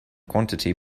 quantity